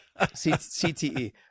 CTE